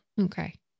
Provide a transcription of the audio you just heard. Okay